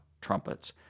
trumpets